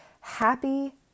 happy